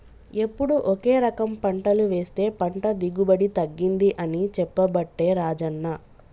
ఎప్పుడు ఒకే రకం పంటలు వేస్తె పంట దిగుబడి తగ్గింది అని చెప్పబట్టే రాజన్న